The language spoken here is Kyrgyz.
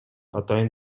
атайын